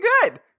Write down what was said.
good